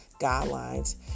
guidelines